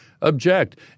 object